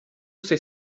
sei